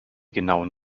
genauen